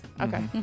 Okay